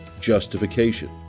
justification